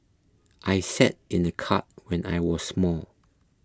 I sat in a cart when I was small